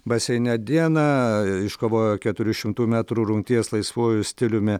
baseine dieną iškovojo keturių šimtų metrų rungties laisvuoju stiliumi